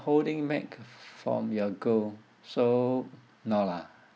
holding back from your goal so no lah